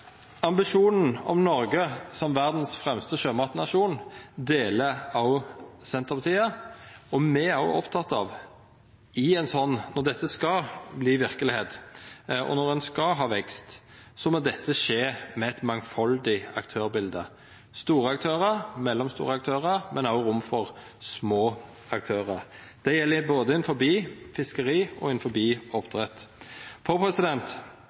Ambisjonen om Noreg som verdas fremste sjømatnasjon deler òg Senterpartiet, og me er òg opptekne av at når dette skal verta verkelegheit, og når ein skal ha vekst, må dette skje med eit mangfaldig aktørbilete: store aktørar og mellomstore aktørar, men òg rom for små aktørar. Det gjeld innanfor både fiskeri og